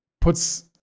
puts